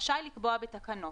רשאי לקבוע בתקנות,